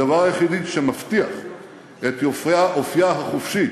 הדבר היחידי שמבטיח את אופייה החופשי